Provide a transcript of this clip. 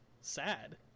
Sad